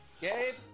Gabe